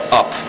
up